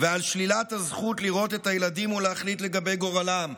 ועל שלילת הזכות לראות את הילדים ולהחליט לגבי גורלם.